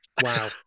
wow